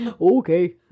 Okay